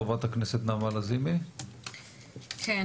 ח"כ נעמה לזימי בבקשה.